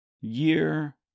Year